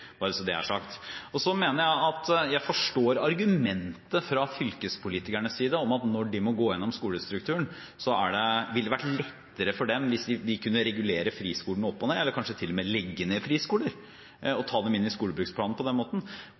bare så det er sagt. Jeg forstår argumentet fra fylkespolitikernes side om at når de må gå gjennom skolestrukturen, ville det vært lettere for dem hvis de kunne regulere friskolene opp og ned, eller kanskje til og med legge ned friskoler og ta dem inn i skolebruksplanen på den måten.